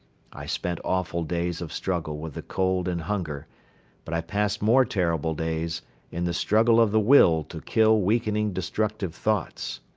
i spent awful days of struggle with the cold and hunger but i passed more terrible days in the struggle of the will to kill weakening destructive thoughts.